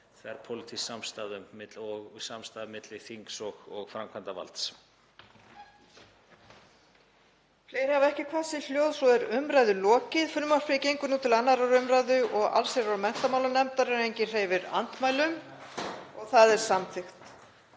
þverpólitísk samstaða um milli þings og framkvæmdarvalds.